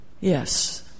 yes